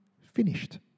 finished